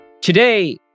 Today